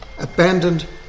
abandoned